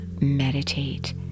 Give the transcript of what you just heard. meditate